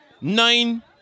nine